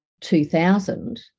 2000